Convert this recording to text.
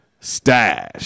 stash